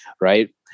Right